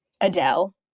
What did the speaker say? Adele